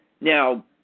Now